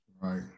Right